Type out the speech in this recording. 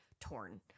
Torn